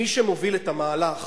מי שמוביל את המהלך